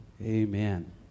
Amen